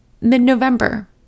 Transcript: mid-November